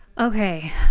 okay